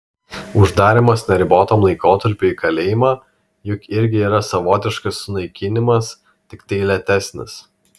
uždarymas neribotam laikotarpiui į kalėjimą juk irgi yra savotiškas sunaikinimas tiktai lėtesnis